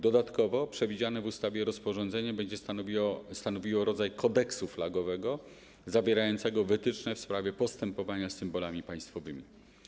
Dodatkowo przewidziane w ustawie rozporządzenie będzie stanowiło rodzaj kodeksu flagowego zawierającego wytyczne w sprawie postępowania z symbolami państwowymi.